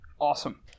Awesome